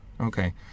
Okay